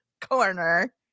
corner